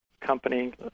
company